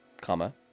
comma